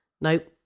Nope